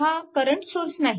हा current source नाही